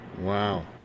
Wow